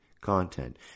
content